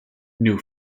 new